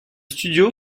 studio